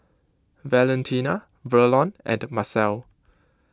Valentina Verlon and Marcel